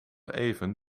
even